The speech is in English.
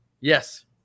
Yes